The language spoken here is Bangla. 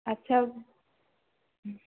আচ্ছা হুম